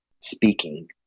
speaking